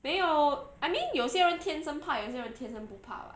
没有 I mean 有些人天生怕有些人天生不怕 [what]